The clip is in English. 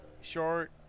Short